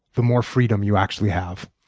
the more freedom you actually have.